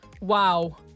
wow